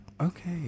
Okay